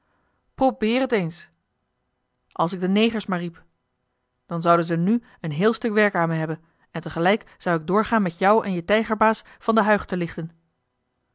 probeer het eens als ik de negers maar riep dan zouden ze nu een heel stuk werk aan me hebben en tegelijk zou ik doorgaan met jou en je tijgerbaas van de huig te lichten